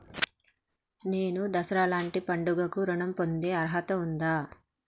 నేను దసరా లాంటి పండుగ కు ఋణం పొందే అర్హత ఉందా?